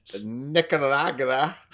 Nicaragua